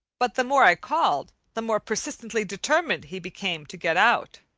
but the more i called, the more persistently determined he became to get out.